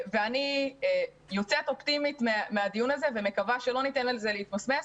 אני יוצאת אופטימית מהדיון הזה ומקווה שלא ניתן לזה להתמסמס.